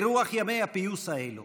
ברוח ימי הפיוס האלה